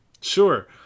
sure